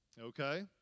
okay